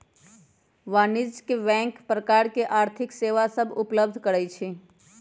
वाणिज्यिक बैंक बहुत प्रकार के आर्थिक सेवा सभ उपलब्ध करइ छै